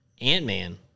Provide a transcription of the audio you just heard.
Ant-Man